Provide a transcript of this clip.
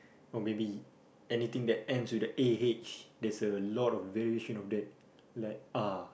or maybe anything that ends with a A H there's a lot of variation of that like ah